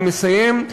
אני מסיים.